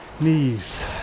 knees